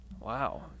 Wow